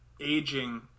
aging